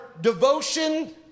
devotion